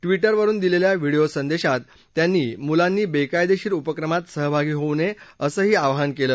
विउेवरुन दिलेल्या व्हिडियो संदेशात त्यांनी मुलांनी बेकायदेशीर उपक्रमात सहभागी होऊ नये असंही आवाहन केलं